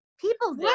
people